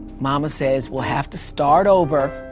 mama says we'll have to start over.